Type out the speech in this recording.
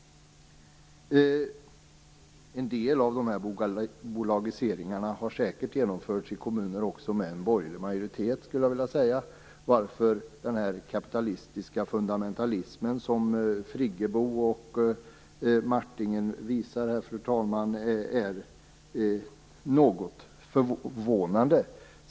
En del av dessa bolagiseringar har säkert genomförts också i kommuner med borgerlig majoritet, varför den kapitalistiska fundamentalism som Birgit Friggebo och Jerry Martinger här visar är något förvånande.